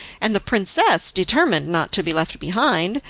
and the princess, determined not to be left behind,